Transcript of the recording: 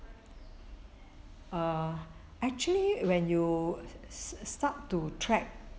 err actually when you start to trek